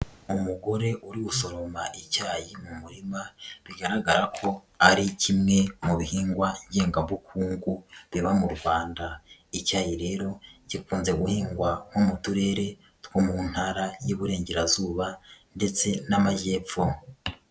Umugore uri gusoroma icyayi mu murima bigaragara ko ari kimwe mu bihingwa ngengabukungu biba mu Rwanda, icyayi rero gikunze guhingwa nko mu turere two mu ntara y'iburengerazuba ndetse n'amajyepfo.